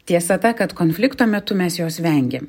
tiesa ta kad konflikto metu mes jos vengiam